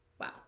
wow